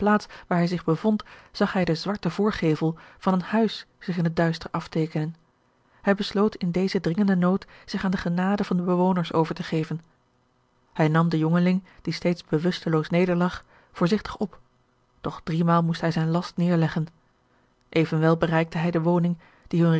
waar hij zich bevond zag hij den zwarten voorgevel van een huis zich in het duister afteekenen hij besloot in dezen dringenden nood zich aan de genade van de bewoners over te geven hij nam den jongeling die steeds bewusteloos nederlag voorzigtig op doch driemaal moest hij zijn last neêrleggen evenwel bereikte hij de woning die